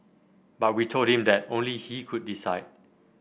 but we told him that only he could decide